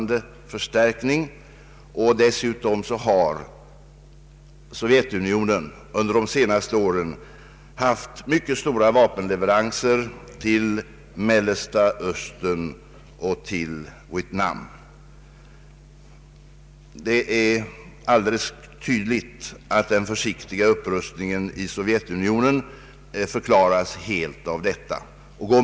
Dessutom har Sovjetunionen under de senaste åren haft mycket stora vapenleveranser till Mellersta Östern och till Vietnam. Det är alldeles tydligt att den försiktiga upprustningen i Sovjetunionen helt förklaras av detta.